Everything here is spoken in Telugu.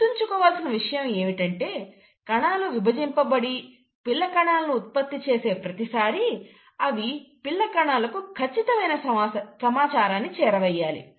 గుర్తుంచుకోవలసిన విషయం ఏమిటంటే కణాలు విభజింపబడి పిల్ల కణాలను ఉత్పత్తి చేసే ప్రతిసారి అవి పిల్ల కణాలకు ఖచ్చితమైన సమాచారాన్ని చేరవేయాలి